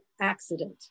accident